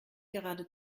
gerade